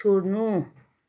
छोड्नु